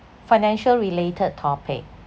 financial related topic